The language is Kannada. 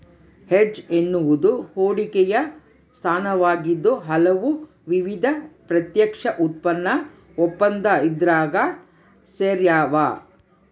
ಹೆಡ್ಜ್ ಎನ್ನುವುದು ಹೂಡಿಕೆಯ ಸ್ಥಾನವಾಗಿದ್ದು ಹಲವು ವಿಧದ ಪ್ರತ್ಯಕ್ಷ ಉತ್ಪನ್ನ ಒಪ್ಪಂದ ಇದ್ರಾಗ ಸೇರ್ಯಾವ